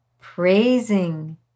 Praising